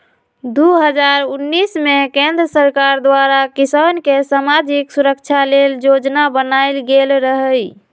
दू हज़ार उनइस में केंद्र सरकार द्वारा किसान के समाजिक सुरक्षा लेल जोजना बनाएल गेल रहई